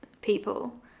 people